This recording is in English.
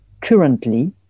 currently